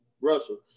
Russell